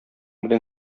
белән